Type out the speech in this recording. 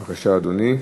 בבקשה, אדוני.